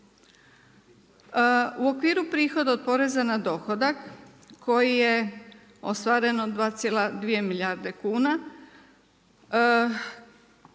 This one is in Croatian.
U okviru prihoda od poreza na dohodak koji je ostvaren od 2,2 milijarde kuna